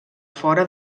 fora